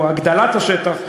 או הגדלת השטח,